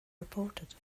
reported